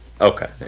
okay